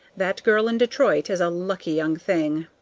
that girl in detroit is a lucky young thing.